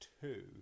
two